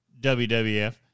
WWF